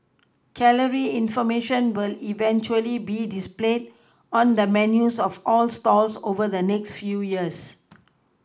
calorie information will eventually be displayed on the menus of all the stalls over the next few years